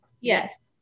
yes